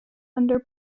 under